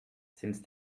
since